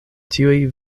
tiuj